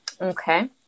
Okay